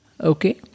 Okay